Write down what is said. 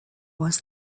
was